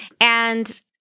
And-